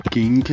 King